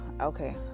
okay